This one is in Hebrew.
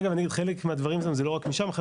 אגב, חלק מהדברים שם, זה לא רק משם,